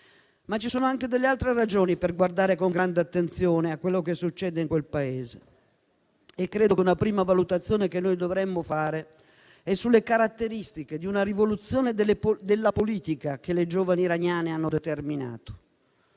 Ci sono anche altre ragioni per guardare con grande attenzione a quello che succede in quel Paese. Credo che una prima valutazione che dovremmo fare è sulle caratteristiche di una rivoluzione della politica che le giovani iraniane hanno determinato: